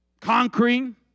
conquering